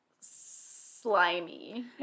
Slimy